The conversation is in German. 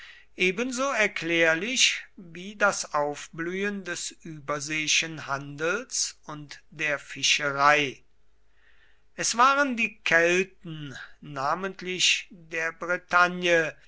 ebenso erklärlich wie das aufblühen des überseeischen handels und der fischerei es waren die kelten namentlich der bretagne